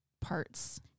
parts